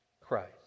Christ